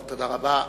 תודה רבה.